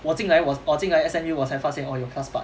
我进来我我进来 S_M_U 我才发现 oh 有 class part